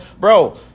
Bro